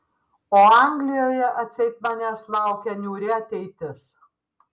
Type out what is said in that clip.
o anglijoje atseit manęs laukia niūri ateitis